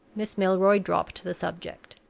miss milroy dropped the subject.